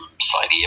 slightly